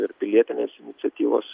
ir pilietinės iniciatyvos